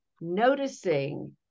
noticing